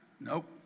Nope